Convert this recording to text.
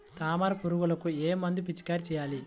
తామర పురుగుకు ఏ మందు పిచికారీ చేయాలి?